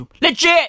Legit